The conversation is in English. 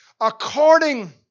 According